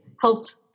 helped